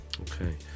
okay